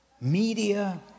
media